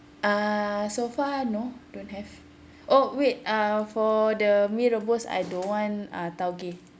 uh so far no don't have oh wait uh for the mee rebus I don't want uh tauge